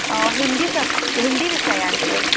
हिंदी सब हिंदी विशयान सर